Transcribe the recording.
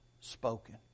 spoken